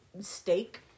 steak